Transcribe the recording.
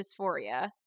dysphoria